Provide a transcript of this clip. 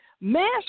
mass